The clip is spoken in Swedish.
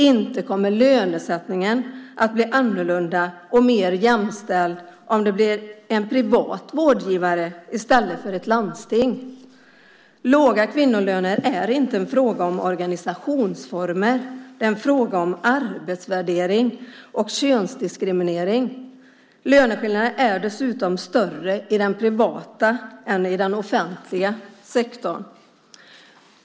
Inte kommer lönesättningen att bli annorlunda och mer jämställd om det blir en privat vårdgivare i stället för ett landsting. Låga kvinnolöner är inte en fråga om organisationsformer. Det är en fråga om arbetsvärdering och könsdiskriminering. Löneskillnaderna är dessutom större i den privata än i den offentliga sektorn.